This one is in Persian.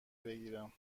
بگیرم